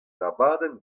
abadenn